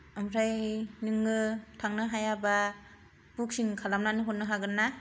ओमफ्राय नोङो थांनो हायाबा बुकिं खालामनानै हरनो हागोन ना